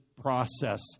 process